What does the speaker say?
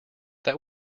that